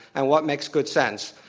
and what makes good sense.